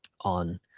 on